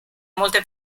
molte